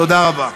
תודה רבה.